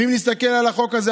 ואם נסתכל על החוק הזה,